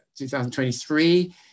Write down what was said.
2023